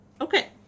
Okay